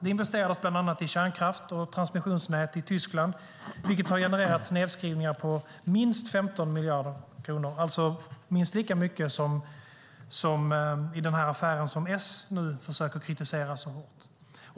Det investerades bland annat i kärnkraft och transmissionsnät i Tyskland, vilket har genererat nedskrivningar på minst 15 miljarder kronor, alltså minst lika mycket som i den här affären som Socialdemokraterna nu försöker kritisera så hårt.